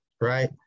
right